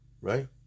right